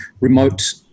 remote